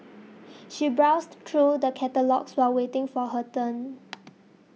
she browsed through the catalogues while waiting for her turn